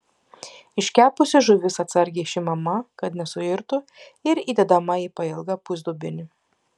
iškepusi žuvis atsargiai išimama kad nesuirtų ir įdedama į pailgą pusdubenį